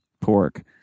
pork